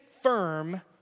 firm